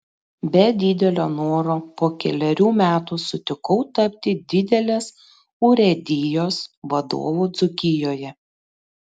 be didelio noro po kelerių metų sutikau tapti didelės urėdijos vadovu dzūkijoje